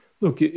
look